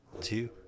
Two